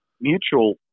mutual